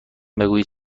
بگویید